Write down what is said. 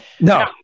No